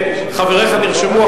חבריך נרשמו,